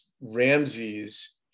Ramses